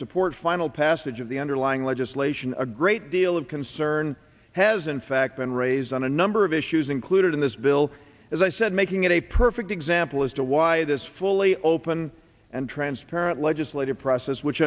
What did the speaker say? support final passage of the underlying legislation a great deal of concern has in fact been raised on a number of issues included in this bill as i said making it a perfect example as to why this fully open and transparent legislative process which